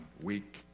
week